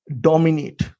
dominate